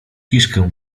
kiszkę